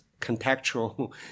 contextual